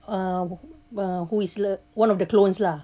um uh who is one of the clones lah